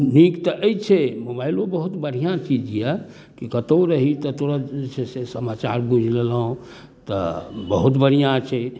नीक तऽ अछिये मोबाइलो बहुत बढ़िआँ चीज यऽ कतौ रही तऽ तुरत जे छै से समाचार बुझि लेलहुँ तऽ बहुत बढ़िआँ छै